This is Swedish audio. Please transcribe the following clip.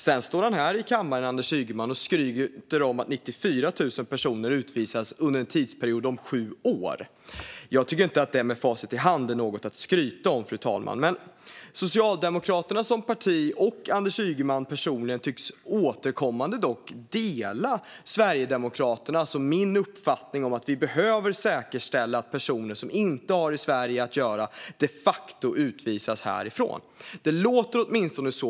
Sedan står Anders Ygeman här i kammaren och skryter om att 94 000 personer utvisades under en tidsperiod om sju år. Fru talman! Jag tycker inte att det, med facit i hand, är något att skryta om. Men Socialdemokraterna som parti och Anders Ygeman personligen tycks återkommande dela Sverigedemokraternas och min uppfattning att vi behöver säkerställa att personer som inte har i Sverige att göra de facto utvisas härifrån. Det låter åtminstone så.